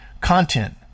content